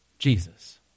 Jesus